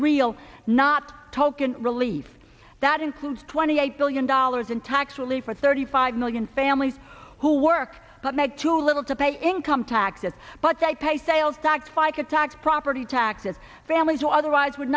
real not token relief that includes twenty eight billion dollars in tax relief for thirty five million families who work but make too little to pay income taxes but they pay sales tax fica tax property taxes families who otherwise would